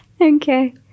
Okay